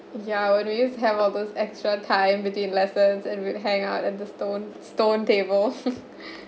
ya when we used to have all those extra time between lessons and we hang out at the stone stone tables